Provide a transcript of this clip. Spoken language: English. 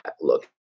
look